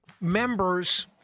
members